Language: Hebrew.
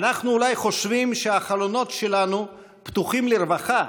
אנחנו אולי חושבים שהחלונות שלנו פתוחים לרווחה,